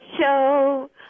show